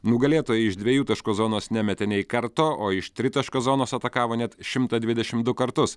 nugalėtojai iš dviejų taškų zonos nemetė nei karto o iš tritaškio zonos atakavo net šimtą dvidešim du kartus